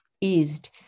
eased